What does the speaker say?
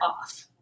off